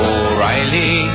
O'Reilly